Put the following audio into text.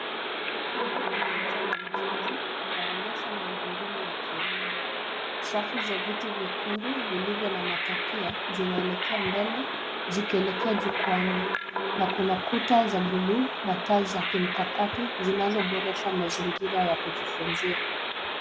Ukumbi iliyojaa wanafunzi unaonyesha miundo mbinu ya kielimu. Safu za viti vyekundu vilivyo matakia zinaelekea mbele zikielekea jukwani. Na kuta za bluu za taa za mkakati zinazoberesha mazingira ya kujifunzia.